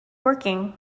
working